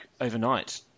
overnight